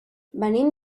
venim